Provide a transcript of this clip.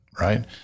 Right